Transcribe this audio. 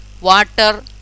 water